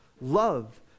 Love